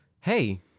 hey